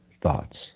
thoughts